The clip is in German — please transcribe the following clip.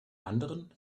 anderen